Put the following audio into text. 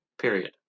period